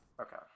Okay